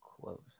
close